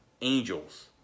angels